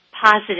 positive